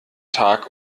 tag